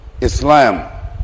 Islam